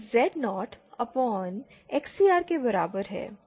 LI≈1r2Xc2Xcr2416f21QL2 QLrXcrXcr2416 तो Phi R pi T inverse 2Z0XCR के बराबर है